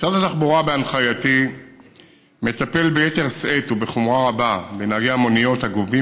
משרד התחבורה בהנחייתי מטפל ביתר שאת ובחומרה רבה בנהגי מוניות הגובים